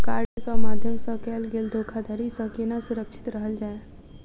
कार्डक माध्यम सँ कैल गेल धोखाधड़ी सँ केना सुरक्षित रहल जाए?